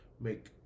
make